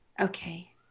Okay